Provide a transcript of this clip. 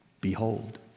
behold